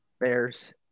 Bears